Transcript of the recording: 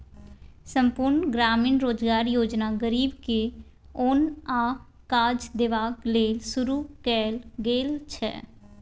संपुर्ण ग्रामीण रोजगार योजना गरीब के ओन आ काज देबाक लेल शुरू कएल गेल छै